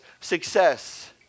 Success